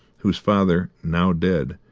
whose father, now dead,